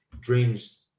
dreams